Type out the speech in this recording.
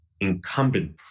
incumbent